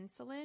insulin